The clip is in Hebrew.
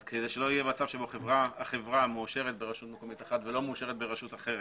אז כדי שלא יהיה מצב שהחברה מאושרת ברשות מקומית אחת ולא ברשות אחרת,